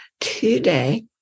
today